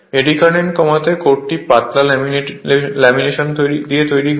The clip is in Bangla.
এডি কারেন্ট কমাতে কোরটি পাতলা ল্যামিনেশন দিয়ে তৈরি হয়